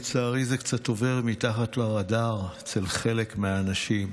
לצערי זה קצת עובר מתחת לרדאר אצל חלק מהאנשים.